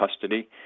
custody